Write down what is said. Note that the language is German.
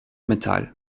metall